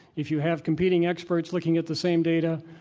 if you have competing experts looking at the same data,